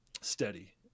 steady